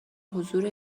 حضور